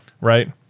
right